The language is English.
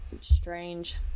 strange